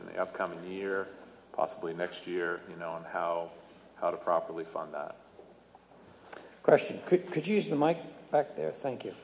in the upcoming year possibly next year you know on how how to properly fund the question could use the mike back there thank you